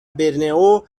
برنئو